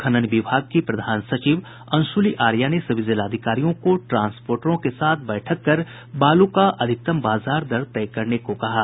खनन विभाग की प्रधान सचिव अंशुली आर्या ने सभी जिलाधिकारियों को ट्रांसपोर्टरों के साथ बैठक कर बालू का अधिकतम बाजार दर तय करने को कहा है